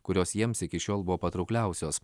kurios jiems iki šiol buvo patraukliausios